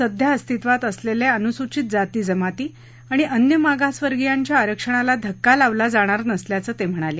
सध्या अस्तित्वात असलेले अनुसूचित जाती जमाती आणि अन्य मागासवर्गीयांच्या आरक्षणाला धक्का लावला जाणार नसल्याचं त्यांनी सांगितलं